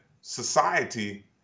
society